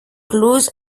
close